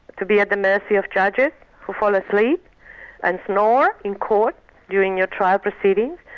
to be at the mercy of judges who fall asleep and snore in court during your trial proceedings.